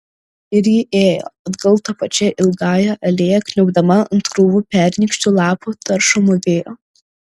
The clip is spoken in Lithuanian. ir ji ėjo atgal ta pačia ilgąja alėja kniubdama ant krūvų pernykščių lapų taršomų vėjo